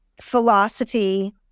philosophy